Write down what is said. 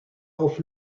auf